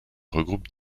regroupe